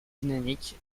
dynamique